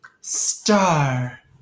Star